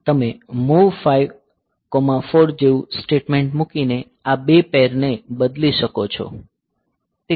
તમે MOV 54 જેવું statement મૂકીને આ બે પૈર ને બદલી શકો છો